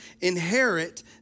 inherit